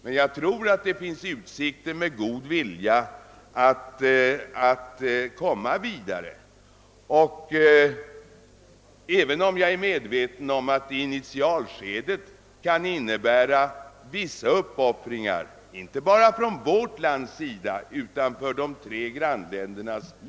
Med god vilja tror jag emellertid att vi har utsikter att komma vidare. Jag är medveten om att samarbetet i initialskedet kan innebära vissa uppoffringar inte bara för vårt land utan lika väl för de tre grannländerna.